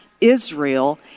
Israel